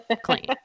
clean